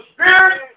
Spirit